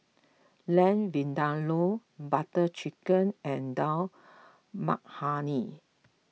Lamb Vindaloo Butter Chicken and Dal Makhani